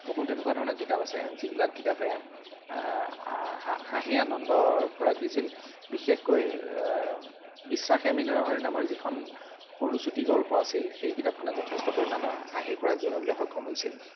বহুত তেনেকুৱা ধৰণৰ কিতাপ আছে যিবিলাক কিতাপে হাঁহি আনন্দৰ খোৰাক দিছিল বিশেষকৈ বিশ্বাসে মিলয় নামৰ যিখন সৰু চুটিগল্প আছিল সেই কিতাপখনে যথেষ্ট পৰিমাণৰ হাঁহিৰ খোৰাক যোগাবলৈ সক্ষম হৈছিল